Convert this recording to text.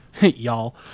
Y'all